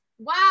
Wow